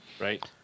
Right